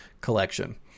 collection